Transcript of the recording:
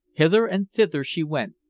hither and thither she went,